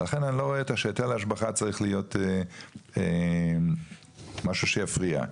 ולכן אני לא רואה שהיטל השבחה צריך להיות משהו שיפריע.